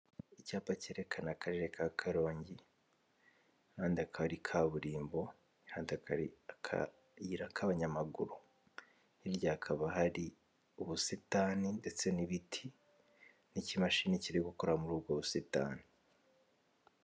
Icyapa cyerekana Akarere ka Karongi umuhanda akaba ari kaburimbo, iruhande hakaba hari akayira k'abanyamaguru. Hirya hakaba hari ubusitani ndetse n'ibiti n'ikimashini kiri gukora muri ubwo busitani.